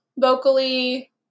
vocally